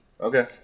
Okay